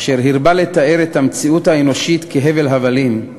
אשר הרבה לתאר את המציאות האנושית כהבל הבלים,